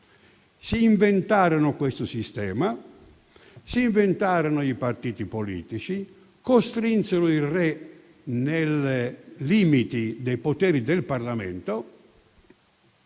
si inventarono questo sistema. Si inventarono i partiti politici, costrinsero il Re nei limiti dei poteri del Parlamento